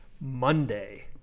Monday